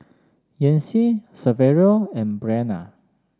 Yancy Saverio and Breana